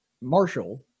Marshall